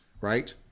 Right